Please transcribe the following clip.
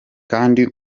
kandi